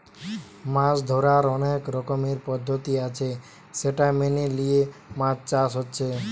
মাছ ধোরার অনেক রকমের পদ্ধতি আছে সেটা মেনে লিয়ে মাছ চাষ হচ্ছে